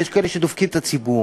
ויש כאלה שדופקים את הציבור.